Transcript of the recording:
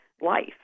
life